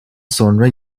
sonra